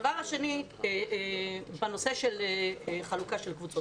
בנושא של חלוקה לקבוצות.